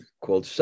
called